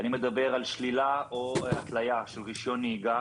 אני מדבר על שלילה או התליה של רישיון נהיגה